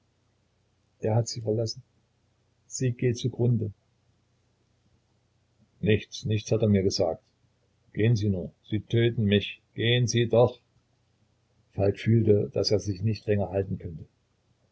er hat sie verlassen sie geht zu grunde nichts nichts hat er mir gesagt gehen sie nur sie töten mich gehen sie doch falk fühlte daß er sich nicht länger halten könnte